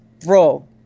Bro